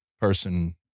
person